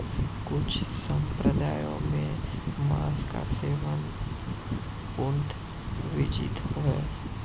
कुछ सम्प्रदायों में मांस का सेवन पूर्णतः वर्जित है